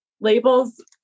labels